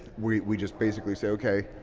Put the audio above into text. we we just basically say, okay,